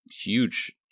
Huge